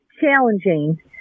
challenging